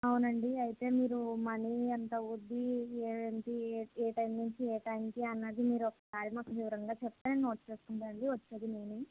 అవునండి అయితే మీరు మనీ ఎంత అవుతుంది ఏంటి ఏ టైమ్ నుంచి ఏ టైమ్కి అన్నది మీరు ఒకసారి మాకు వివరంగా చెప్తే నోట చేసుకుంటామండి వచ్చేది లేనిది